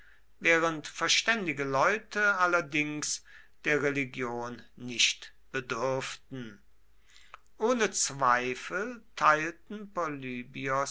während verständige leute allerdings der religion nicht bedürften ohne zweifel teilten